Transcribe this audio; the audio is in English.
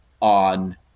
on